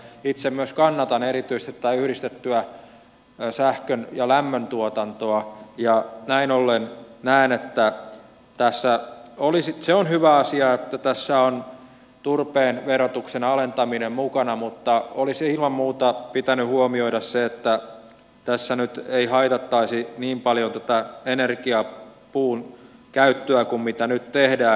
itse myös kannatan erityisesti yhdistettyä sähkön ja lämmöntuotantoa ja näin ollen näen että se on hyvä asia että tässä on turpeen verotuksen alentaminen mukana mutta olisi ilman muuta pitänyt huomioida se että tässä ei haitattaisi energiapuun käyttöä niin paljon kuin mitä nyt tehdään